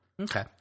Okay